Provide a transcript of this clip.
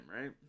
right